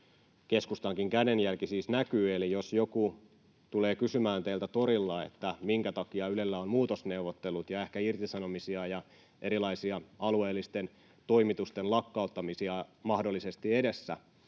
Keskustankin kädenjälki siis näkyy, eli jos joku tulee kysymään teiltä torilla, minkä takia Ylellä on muutosneuvottelut ja ehkä irtisanomisia ja erilaisia alueellisten toimitusten lakkauttamisia mahdollisesti edessä,